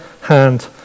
hand